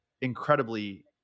incredibly